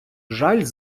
жаль